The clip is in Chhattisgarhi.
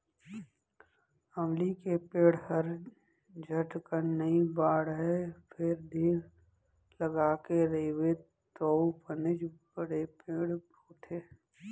अमली के पेड़ हर झटकन नइ बाढ़य फेर धीर लगाके रइबे तौ बनेच बड़े पेड़ होथे